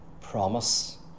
promise